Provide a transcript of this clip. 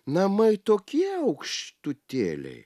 namai tokie aukštutėliai